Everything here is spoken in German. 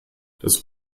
das